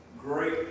great